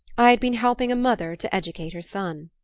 i had been helping a mother to educate her son.